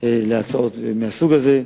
בעתיד להצעות מהסוג הזה,